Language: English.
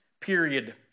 period